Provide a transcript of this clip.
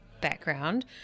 background